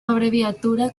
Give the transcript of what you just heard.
abreviatura